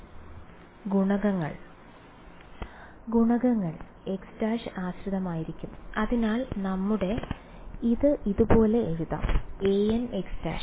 വിദ്യാർത്ഥി ഗുണകങ്ങൾ ഗുണകങ്ങൾ ഗുണകങ്ങൾ x′ ആശ്രിതമായിരിക്കും അതിനാൽ നമുക്ക് ഇത് ഇതുപോലെ എഴുതാം anx′ ശരി